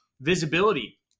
Visibility